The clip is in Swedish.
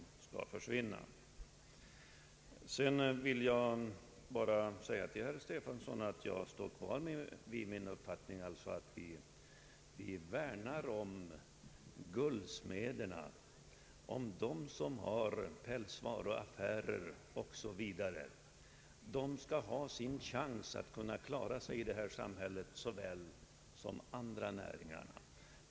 Till herr Stefanson vill jag säga att jag står fast vid min uppfattning att vi bör värna om guldsmederna, om dem som har pälsvaruaffärer osv. De skall ha sin chans att klara sig i detta samhälle såväl som andra näringsidkare.